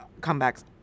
comebacks